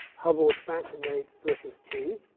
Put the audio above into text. hubble expansion rate versus t.